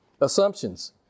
Assumptions